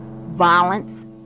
violence